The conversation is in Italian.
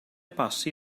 passi